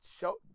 show